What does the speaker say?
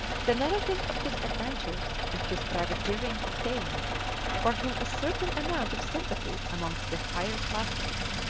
the narrative of his adventures and his privateering obtained for him a certain amount of sympathy amongst the higher classes,